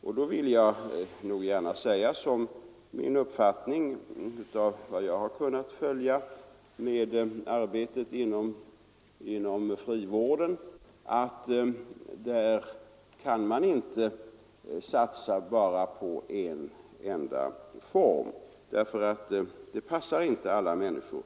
Jag vill framhålla som min uppfattning, och den är grundad på det arbete jag kunnat följa inom frivården, att man inte kan satsa enbart på en vårdform. En enda form passar inte för alla människor.